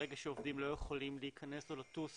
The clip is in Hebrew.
ברגע שעובדים לא יכולים להיכנס או לטוס,